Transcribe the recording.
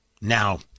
Now